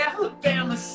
Alabama